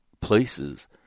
places